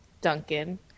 Duncan